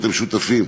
אתם שותפים.